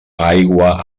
aigua